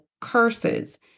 curses